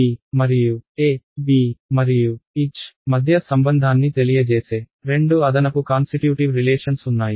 D మరియు E B మరియు H మధ్య సంబంధాన్ని తెలియజేసే రెండు అదనపు కాన్సిట్యూటివ్ రిలేషన్స్ ఉన్నాయి